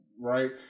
right